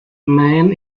man